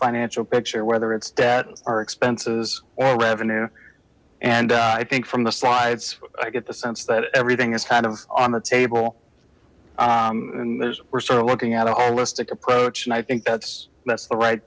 financial picture whether it's debt or expenses or revenue and i think from the slides i get the sense that everything is kind of on the table and there's we're sort of looking at a holistic approach and i think that's that's the right